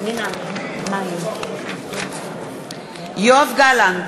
יואב גלנט,